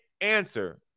Answer